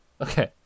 Okay